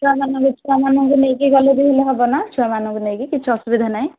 ଛୁଆମାନଙ୍କୁ ଛୁଆମାନଙ୍କୁ ନେଇକି ଗଲେ ବି ହେଲେ ହେବ ନା ଛୁଆମାନଙ୍କୁ ନେଇକି କିଛି ଅସୁବିଧା ନାହିଁ